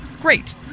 great